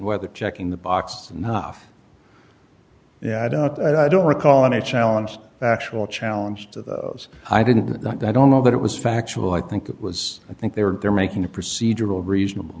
whether checking the box enough i don't i don't recall any challenge actual challenge to those i didn't i don't know that it was factual i think it was i think they were they're making a procedural reasonable